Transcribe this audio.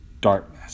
darkness